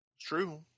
True